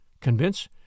convince